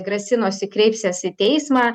grasinosi kreipsiesi į teismą